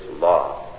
law